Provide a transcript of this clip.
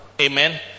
Amen